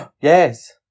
yes